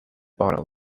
battle